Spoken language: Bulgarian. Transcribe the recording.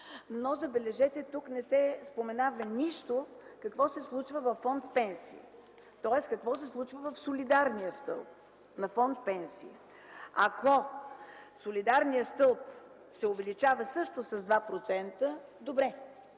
Забележете, че тук не се споменава нищо за това какво се случва във фонд „Пенсии”, тоест какво се случва в солидарния стълб на фонд „Пенсии”. Ако солидарният стълб се увеличава също с 2% – добре!